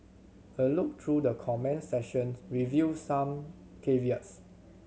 a look through the comments section revealed some caveats